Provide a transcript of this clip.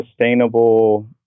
sustainable